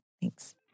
Thanks